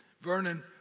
Vernon